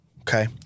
Okay